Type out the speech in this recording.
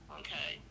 okay